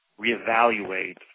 reevaluate